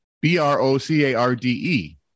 B-R-O-C-A-R-D-E